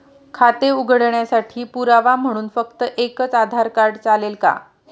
खाते उघडण्यासाठी पुरावा म्हणून फक्त एकच आधार कार्ड चालेल का?